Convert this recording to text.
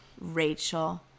Rachel